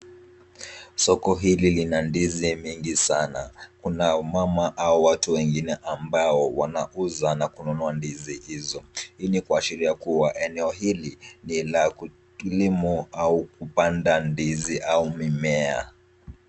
Soko hili lina ndizi mingi sana. Kuna mama au watu wengine ambao wanauza na kununua ndizi hizo. Hii ni kuashiria kuwa, eneo hili ni la kilimo au kupanda ndizi au mimea.